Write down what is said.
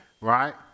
right